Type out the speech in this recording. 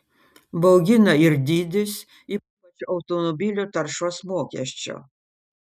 baugina ir dydis ypač automobilių taršos mokesčio